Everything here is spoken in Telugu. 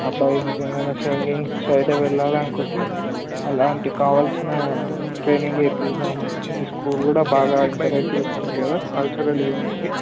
అబ్బాయి నిజంగా సింగింగ్ సైడ్ వెళ్ళాలి అనుకుంటే అలాంటి కావాల్సిన ట్రైనింగ్ ఇద్ధాం మీ స్కూల్ కూడా బాగా ఎంకరేజ్ చేస్తుంది కదా కల్చరల్ ఈవెంట్స్కి